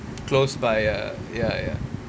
close by err ya ya